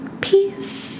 peace